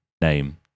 name